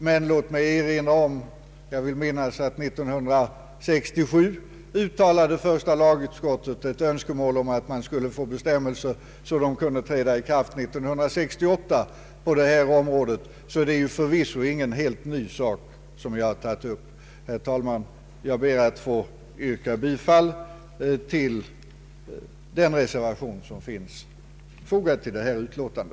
Men jag vill då erinra om att första lagutskottet, efter vad jag kan minnas, redan år 1967 uttalade en önskan om bestämmelser på detta område, så att de kunde träda i kraft 1968. Det är alltså ingen helt ny fråga som vi tagit upp. Herr talman! Jag ber att få yrka bifall till den reservation som finns fogad till detta utlåtande.